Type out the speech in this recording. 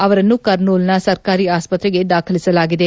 ಅವರನ್ನು ಕರ್ನೂಲ್ನ ಸರ್ಕಾರಿ ಆಸ್ಪತ್ರೆಗೆ ದಾಖಲಿಸಲಾಗಿದೆ